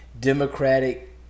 Democratic